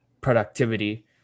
productivity